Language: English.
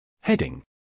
Heading